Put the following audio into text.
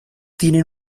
tienen